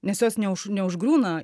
nes jos ne už neužgriūna